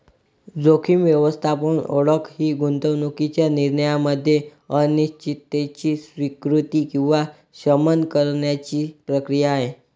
जोखीम व्यवस्थापन ओळख ही गुंतवणूकीच्या निर्णयामध्ये अनिश्चिततेची स्वीकृती किंवा शमन करण्याची प्रक्रिया आहे